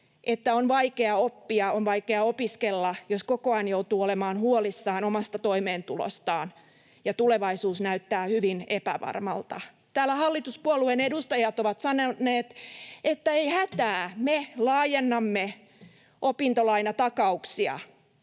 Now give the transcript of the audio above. että on vaikea oppia, on vaikea opiskella, jos koko ajan joutuu olemaan huolissaan omasta toimeentulostaan ja tulevaisuus näyttää hyvin epävarmalta. Täällä hallituspuolueiden edustajat ovat sanoneet, että ei hätää, me laajennamme opintolainatakauksia,